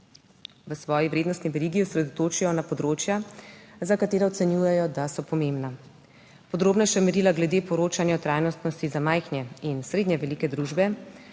v svoji vrednostni verigi osredotočijo na področja, za katera ocenjujejo, da so pomembna. Podrobnejša merila glede poročanja o trajnostnosti za majhne in srednje velike družbe